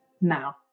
now